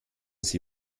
sie